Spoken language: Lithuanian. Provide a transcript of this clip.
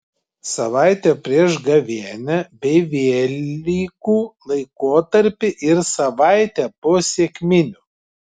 savaitę prieš gavėnią bei velykų laikotarpį ir savaitę po sekminių